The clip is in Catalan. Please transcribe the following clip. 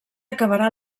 acabarà